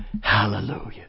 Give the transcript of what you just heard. Hallelujah